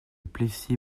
plessis